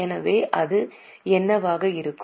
எனவே அது என்னவாக இருக்கும்